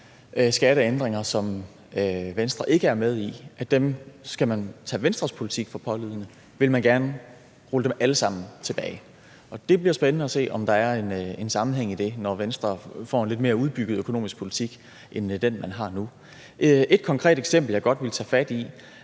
skatteændringer, som Venstre ikke er med i; dem vil man gerne rulle tilbage alle sammen. Det bliver spændende at se, om der er en sammenhæng i det, når Venstre får en lidt mere udbygget økonomisk politik end den, man har nu. Et konkret eksempel, jeg godt vil tage fat i,